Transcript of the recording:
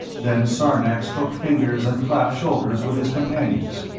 then sarnax hooked fingers and clapped shoulders with his companions.